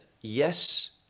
yes